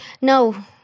no